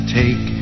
take